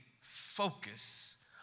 focus